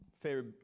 favorite